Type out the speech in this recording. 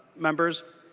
members